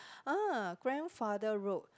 ah grandfather road